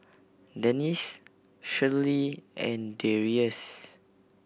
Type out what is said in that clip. Dennis Shirlee and Darrius